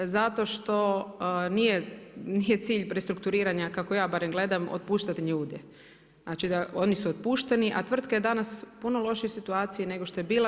Zato što nije cilj pri strukturiranju kako ja gledam otpuštati ljude, znači oni su otpušteni a tvrtka je danas u puno lošijoj situaciji nego što je bila.